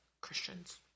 Christians